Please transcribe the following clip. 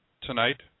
tonight